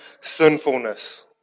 sinfulness